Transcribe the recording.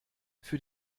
für